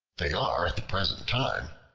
they are, at the present time,